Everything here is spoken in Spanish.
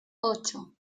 ocho